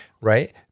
Right